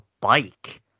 bike